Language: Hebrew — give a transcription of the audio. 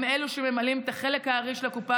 הם אלו שממלאים את חלק הארי של הקופה